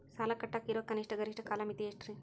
ಸಾಲ ಕಟ್ಟಾಕ ಇರೋ ಕನಿಷ್ಟ, ಗರಿಷ್ಠ ಕಾಲಮಿತಿ ಎಷ್ಟ್ರಿ?